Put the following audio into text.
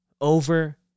over